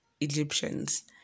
Egyptians